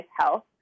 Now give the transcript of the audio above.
Health